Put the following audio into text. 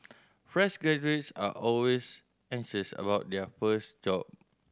fresh graduates are always anxious about their first job